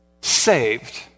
saved